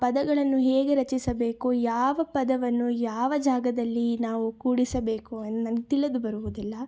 ಪದಗಳನ್ನು ಹೇಗೆ ರಚಿಸಬೇಕು ಯಾವ ಪದವನ್ನು ಯಾವ ಜಾಗದಲ್ಲಿ ನಾವು ಕೂಡಿಸಬೇಕು ಅನ್ ನನ್ಗೆ ತಿಳಿದು ಬರುವುದಿಲ್ಲ